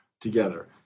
together